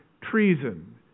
treason